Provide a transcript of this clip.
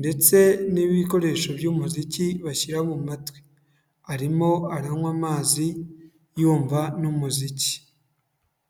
ndetse n'ibikoresho by'umuziki bashyira mu matwi. Arimo aranywa amazi yumva n'umuziki.